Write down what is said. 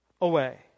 away